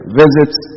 visits